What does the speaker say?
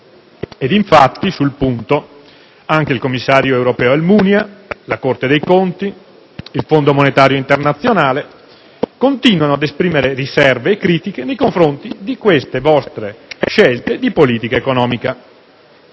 Ed infatti anche il commissario europeo Almunia, la Corte dei conti e il Fondo monetario internazionale continuano ad esprimere riserve e critiche nei confronti delle vostre scelte di politica economica.